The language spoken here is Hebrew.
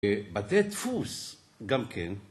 בתי דפוס, גם כן.